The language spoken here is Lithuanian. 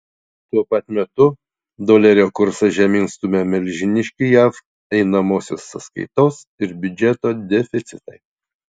tuo pat metu dolerio kursą žemyn stumia milžiniški jav einamosios sąskaitos ir biudžeto deficitai